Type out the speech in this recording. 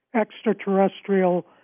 extraterrestrial